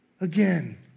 again